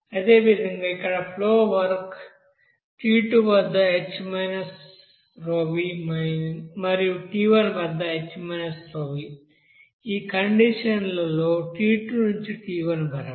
అదేవిధంగా ఇక్కడ flow work t2 వద్ద H-pV మరియు t1 వద్ద H-pV ఈ కండిషన్ లో t2 నుండి t1 వరకు